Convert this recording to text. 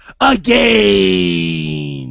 Again